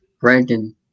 Brandon